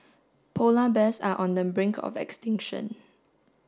polar bears are on the brink of extinction